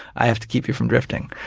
i have to keep you from drifting.